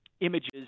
Images